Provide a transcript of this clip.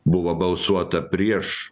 buvo balsuota prieš